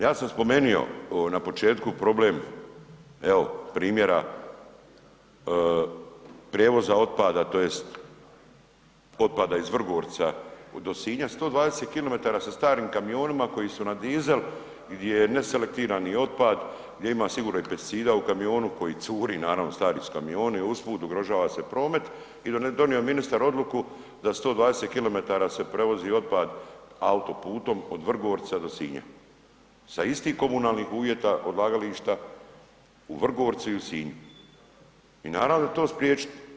Ja sam spomenio na početku problem, evo primjera prijevoza otpada tj. otpada iz Vrgorca do Sinja, 120 km sa starim kamionima koji su na diezel gdje je neselektirani otpad gdje ima sigurno i pesticida u kamionu koji curi, naravno stari su kamioni, a usput ugrožava se promet i donio je ministar odluku da 120 km se prevozi otpad autoputom od Vrgorca do Sinja sa istih komunalnih uvjeta odlagališta u Vrgorcu i u Sinju i naravno da je to spriječit.